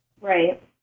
Right